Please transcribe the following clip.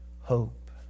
hope